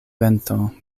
vento